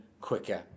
quicker